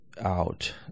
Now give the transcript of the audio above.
out